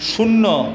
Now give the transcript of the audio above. শূন্য